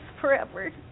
forever